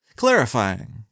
clarifying